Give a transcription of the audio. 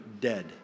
dead